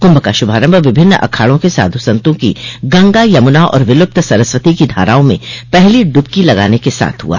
कुंभ का शुभारंभ विभिन्न अखाड़ों के साधु संतों की गंगा यमुना और विलुप्त सरस्वती की धाराओं में पहलो ड्रबकी लगाने के साथ हुआ